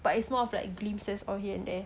but it's more of like glimpses all here and there